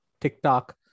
tiktok